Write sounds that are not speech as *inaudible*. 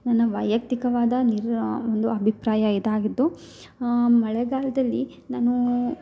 ನನ್ನ ವೈಯಕ್ತಿಕವಾದ *unintelligible* ಒಂದು ಅಭಿಪ್ರಾಯ ಇದಾಗಿದ್ದು ಮಳೆಗಾಲದಲ್ಲಿ ನಾನೂ